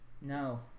No